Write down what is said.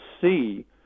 see